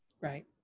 Right